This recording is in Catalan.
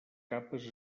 capes